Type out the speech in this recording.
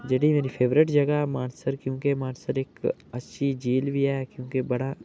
जेह्ड़ी मेरी फेवरट जगह मानसर क्योंकि मानसर इकअच्छी झील बी ऐ क्योंकि बड़ा